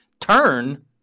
turn